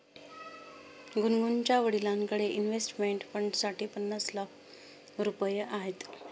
गुनगुनच्या वडिलांकडे इन्व्हेस्टमेंट फंडसाठी पन्नास लाख रुपये आहेत